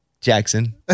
jackson